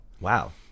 Wow